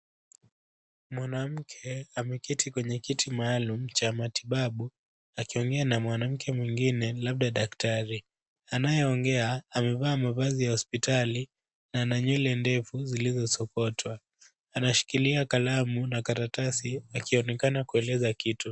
Mwanamke ameketi kwenye kiti maalum cha matibabu, akiongea na mwanamke mwingine labda daktari. Anayeongea amevaa mavazi ya hospitali na ana nywele ndefu zilizosokotwa. Anashikilia kalamu na karatasi akionekana kueleza kitu.